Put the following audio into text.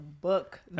book